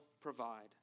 provide